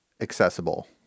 accessible